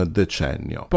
decennio